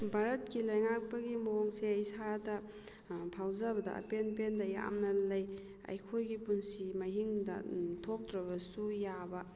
ꯚꯥꯔꯠꯀꯤ ꯂꯩꯉꯥꯛꯄꯒꯤ ꯃꯑꯣꯡꯁꯦ ꯏꯁꯥꯗ ꯐꯥꯎꯖꯕꯗ ꯑꯄꯦꯟ ꯄꯦꯟꯗ ꯌꯥꯝꯅ ꯂꯩ ꯑꯩꯈꯣꯏꯒꯤ ꯄꯨꯟꯁꯤ ꯃꯍꯤꯡꯗ ꯊꯣꯛꯇ꯭ꯔꯕꯁꯨ ꯌꯥꯕ